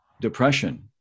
depression